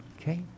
Okay